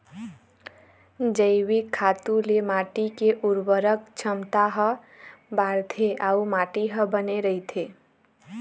जइविक खातू ले माटी के उरवरक छमता ह बाड़थे अउ माटी ह बने रहिथे